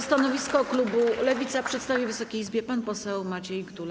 Stanowisko klubu Lewica przedstawi Wysokiej Izbie pan poseł Maciej Gdula.